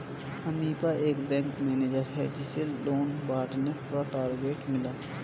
अमीषा एक bank manager है जिसे लोन बांटने का टारगेट मिला